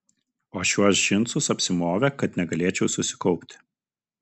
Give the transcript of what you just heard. o šiuos džinsus apsimovė kad negalėčiau susikaupti